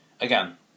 again